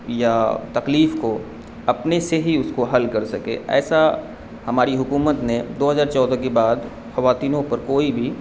یا تکلیف کو اپنے سے ہی اس کو حل کر سکے ایسا ہماری حکومت نے دو ہزار چودہ کے بعد خواتینوں پر کوئی بھی